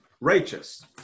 righteous